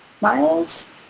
miles